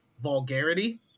vulgarity